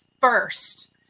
first